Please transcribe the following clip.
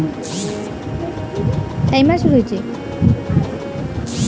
Loan পরিশোধের সূএ বলতে কি বোঝায়?